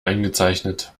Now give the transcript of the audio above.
eingezeichnet